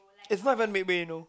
it's not even midway you know